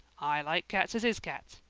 i like cats as is cats.